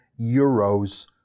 euros